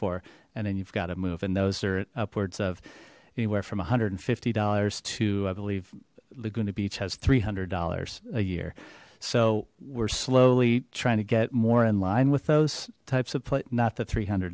for and then you've got to move and those are upwards of anywhere from one hundred and fifty dollars to i believe to beach has three hundred dollars a year so we're slowly trying to get more in line with those types of plate not the three hundred